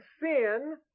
sin